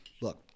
look